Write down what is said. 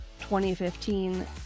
2015